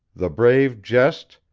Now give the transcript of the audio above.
the brave jest,